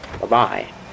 Bye-bye